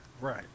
Right